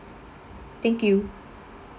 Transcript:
thank you